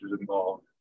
involved